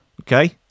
Okay